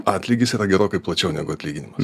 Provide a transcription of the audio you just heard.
atlygis yra gerokai plačiau negu atlyginimas